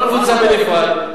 כל קבוצה בנפרד.